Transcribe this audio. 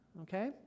Okay